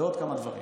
זה עוד כמה דברים.